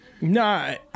No